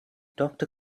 doctor